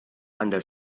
under